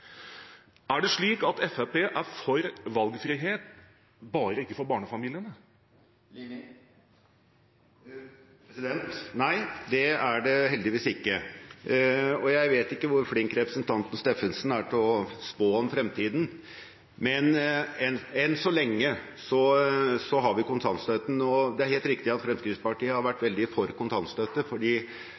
Er det slik at Fremskrittspartiet er for valgfrihet, bare ikke for barnefamiliene? Nei, det er det heldigvis ikke. Jeg vet ikke hvor flink representanten Steffensen er til å spå om fremtiden, men enn så lenge har vi kontantstøtten. Det er helt riktig at Fremskrittspartiet har vært veldig for kontantstøtte fordi